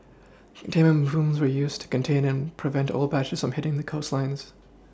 containment booms were used to contain and prevent oil patches from hitting the coastlines